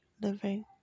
living